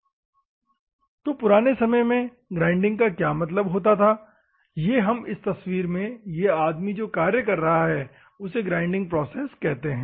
Slide Time 0403 तो पुराने समय में ग्राइंडिंग का क्या मतलब होता था ये हम इस तस्वीर में यह आदमी जो कार्य कर रहा है उसे ग्राइंडिंग प्रोसेस कहते हैं